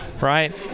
right